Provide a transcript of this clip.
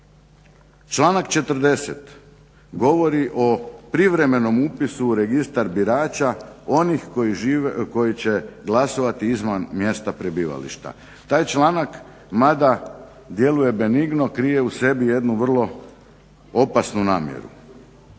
Članak 40. govori o privremenom upisu u registar birača onih koji će glasovati izvan mjesta prebivališta. Taj članak mada djeluje benigno krije u sebi jednu vrlo opasnu namjeru.